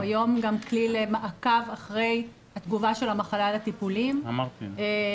היום הוא גם כלי למעקב אחרי התגובה של המחלה לטיפולים ולכן